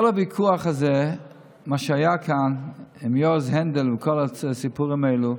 כל הוויכוח הזה שהיה כאן עם יועז הנדל וכל הסיפורים האלה,